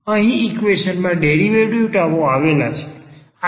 અહીં ઈક્વેશન માં ડેરિવેટિવ ટર્મો આવેલ છે